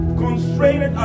constrained